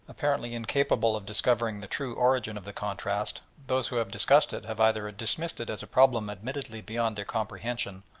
apparently incapable of discovering the true origin of the contrast, those who have discussed it have either dismissed it as a problem admittedly beyond their comprehension,